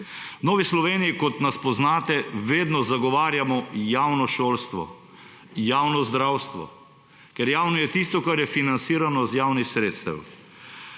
Novi Sloveniji, kot nas poznate, vedno zagovarjamo javno šolstvo, javno zdravstvo, ker javno je tisto, kar je financirano iz javnih sredstev.